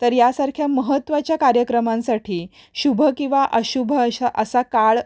तर यासारख्या महत्त्वाच्या कार्यक्रमांसाठी शुभ किंवा अशुभ अशा असा काळ